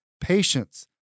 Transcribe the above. patience